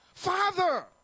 Father